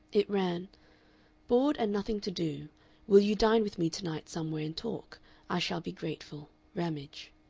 it ran bored and nothing to do will you dine with me to-night somewhere and talk i shall be grateful ramage